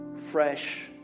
fresh